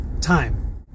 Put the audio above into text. time